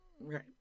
Right